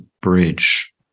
bridge